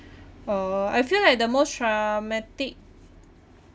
uh I feel like the most traumatic